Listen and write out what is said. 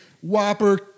Whopper